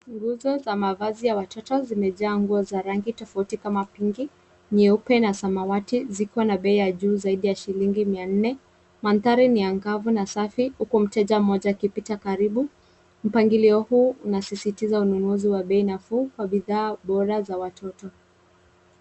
Nguzo za mavazi ya watoto zimejaa nguo za rangi tofauti kama pinki, nyeupe na samawati zikiwa na bei ya juu zaidi ya shilingi mia nne. Mandhari ni angavu na safi huku mteja mmoja akipita karibu. Mpangilio huu unasisitiza ununuzi wa bei nafuu kwa bidhaa bora za watoto.